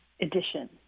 edition